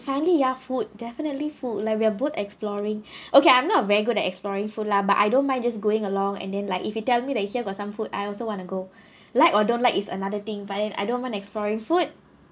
finally ya food definitely food like we are both exploring okay I'm not very good at exploring food lah but I don't mind just going along and then like if you tell me that here got some food I also want to go like or don't like is another thing but and I don't mind exploring food